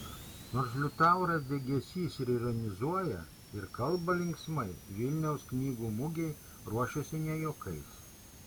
nors liutauras degėsys ir ironizuoja ir kalba linksmai vilniaus knygų mugei ruošiasi ne juokais